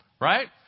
right